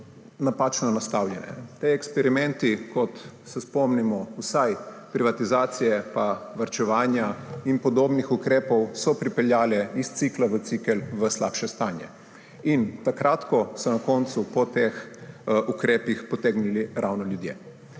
napačno nastavljale. Ti eksperimenti, kot se spomnimo vsaj privatizacije pa varčevanja in podobnih ukrepov, so pripeljali iz cikla v cikel v slabše stanje. Ta kratko so na koncu, po teh ukrepih potegnili ravno ljudje.